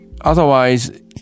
Otherwise